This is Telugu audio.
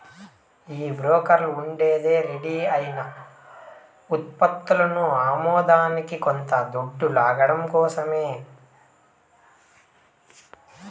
ఈ బోకర్లుండేదే రెడీ అయిన ఉత్పత్తులని అమ్మేదానికి కొంత దొడ్డు లాగడం కోసరమే